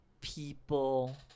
people